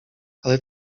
ale